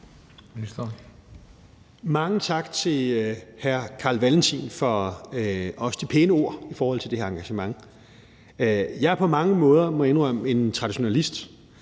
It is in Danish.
Mange tak til hr. Carl Valentin for de pæne ord om det her engagement. Jeg er på mange måder, må jeg indrømme,